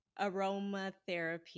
aromatherapy